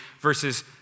versus